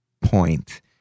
point